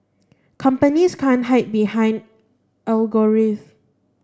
companies can't hide behind algorithms